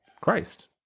Christ